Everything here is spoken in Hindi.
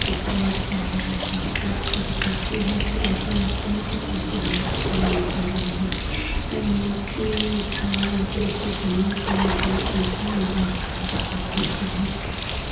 ऊपर जा रहा है और जब गिरते हैं तो ऐसा लगता है कि जैसे हमारी जान निकल रही हो एकदम नीचे धांय जैसे जमीन पे आ जाए इंसान वैसा महसूस होता है